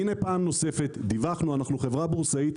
הנה פעם נוספת, דיווחנו - אנו חברה בורסאית.